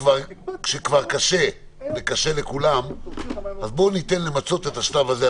שכאשר קשה לכולם, נמצה את השלב הזה.